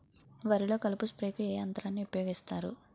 వరిలో కలుపు స్ప్రేకు ఏ యంత్రాన్ని ఊపాయోగిస్తారు?